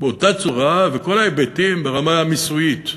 באותה צורה, וכל ההיבטים ברמה המיסויית,